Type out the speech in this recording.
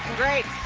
great.